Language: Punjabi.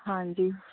ਹਾਂਜੀ